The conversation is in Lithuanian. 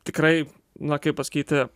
tikrai na kaip pasakyti